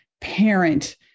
parent